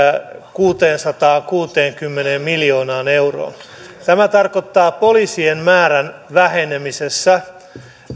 kuuteensataankuuteenkymmeneen miljoonaan euroon tämä tarkoittaa poliisien määrän vähenemistä